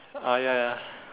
uh ya ya